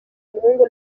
umuhungu